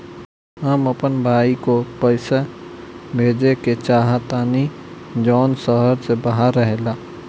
हम अपन भाई को पैसा भेजे के चाहतानी जौन शहर से बाहर रहेला